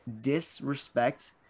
disrespect